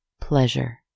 pleasure